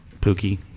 Pookie